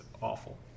awful